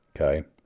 Okay